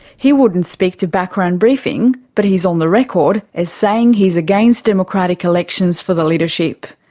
he wouldn't speak to background briefing but he's on the record as saying he's against democratic elections for the leadership.